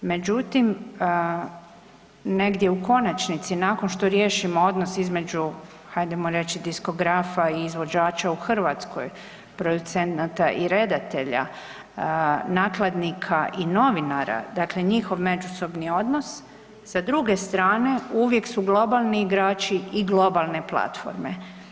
Međutim, negdje u konačnici nakon što riješimo odnos između hajdemo reći između diskografa i izvođača u Hrvatskoj, producenata i redatelja, nakladnika i novinara, dakle njihov međusobni odnos sa druge strane uvijek su globalni igrači i globalne platforme.